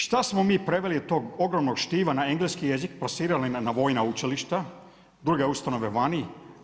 Šta smo mi preveli od tog ogromnog štiva na engleski jezik, plasirali na vojna učilišta, druge ustanove vani.